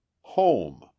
home